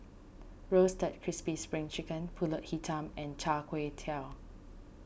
Roasted Crispy Spring Chicken Pulut Hitam and Char Kway Teow